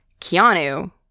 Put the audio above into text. Keanu